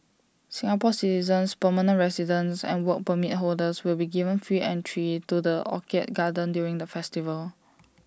Singapore citizens permanent residents and Work Permit holders will be given free entry to the orchid garden during the festival